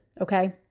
okay